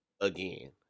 again